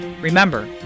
Remember